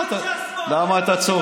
למה אתה,